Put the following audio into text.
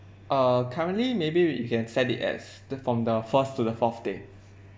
uh currently maybe we can set it as th~ from the first to the forth day